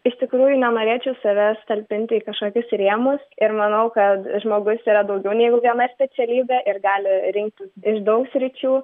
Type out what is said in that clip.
iš tikrųjų nenorėčiau savęs talpinti į kažkokius rėmus ir manau kad žmogus yra daugiau negu viena specialybė ir gali rinktis iš daug sričių